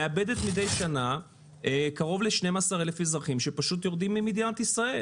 מאבדת מדי שנה קרוב ל-12,000 אזרחים שפשוט יורדים ממדינת ישראל,